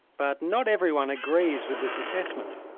but not everyone agrees with this assessment.